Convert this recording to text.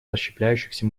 расщепляющихся